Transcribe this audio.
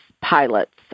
pilots